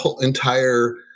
entire –